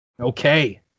Okay